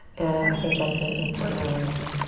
i think that's an important reminder.